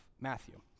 Matthew